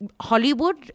Hollywood